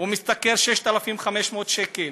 הוא משתכר 6,500 שקל.